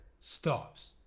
stops